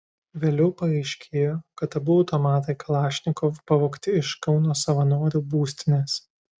vėliau paaiškėjo kad abu automatai kalašnikov pavogti iš kauno savanorių būstinės